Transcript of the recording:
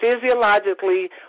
physiologically